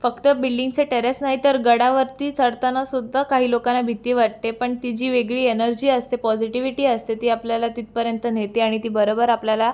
फक्त बिल्डिंगचे टेरेस नाही तर गडावरती चढतानासुद्धा काही लोकांना भीती वाटते पण ती जी वेगळी एनर्जी असते पॉजिटीविटी असते ती आपल्याला तिथपर्यंत नेते आणि ती बरोबर आपल्याला